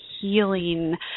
healing